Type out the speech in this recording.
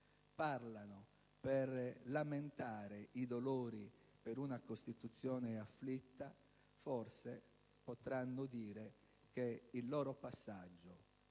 parlano per lamentare i dolori per una Costituzione afflitta, forse potranno dire che il loro passaggio